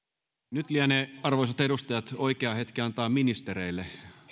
nyt lienee arvoisat edustajat oikea hetki antaa ministereille